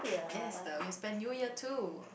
yes the we are spend New Year too